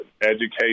educate